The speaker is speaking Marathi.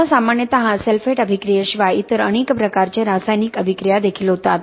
आता सामान्यतः सल्फेट अभिक्रिये शिवाय इतर अनेक प्रकारचे रासायनिक अभिक्रिया देखील होतात